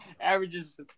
averages